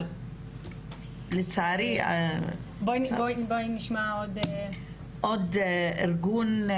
נשמע עוד ארגון.